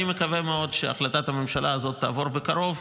אני מקווה מאוד שהחלטת הממשלה הזאת תעבור בקרוב.